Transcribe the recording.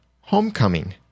Homecoming